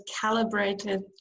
calibrated